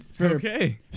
okay